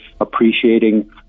appreciating